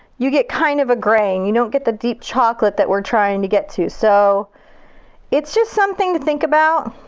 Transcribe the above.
you get kind of a graying. you don't get the deep chocolate that we're trying to get to. so it's just something to think about.